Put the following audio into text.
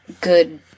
good